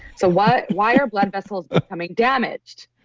so why why are blood vessels becoming damaged?